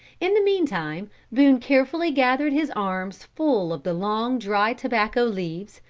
in the meantime boone carefully gathered his arms full of the long, dry tobacco leaves,